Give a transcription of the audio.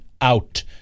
out